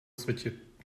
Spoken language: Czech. cvičit